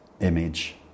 image